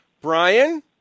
Brian